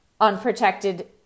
unprotected